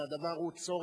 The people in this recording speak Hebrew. והדבר הוא צורך,